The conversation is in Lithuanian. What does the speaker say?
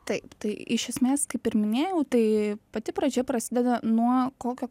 taip tai iš esmės kaip ir minėjau tai pati pradžia prasideda nuo kokio